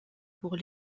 pour